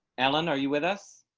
ellen. are you with us.